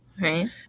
right